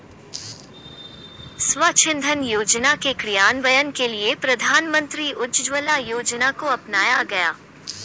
स्वच्छ इंधन योजना के क्रियान्वयन के लिए प्रधानमंत्री उज्ज्वला योजना को अपनाया गया